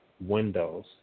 windows